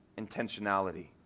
intentionality